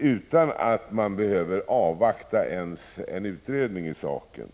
utan att man behöver avvakta ens en utredning i saken.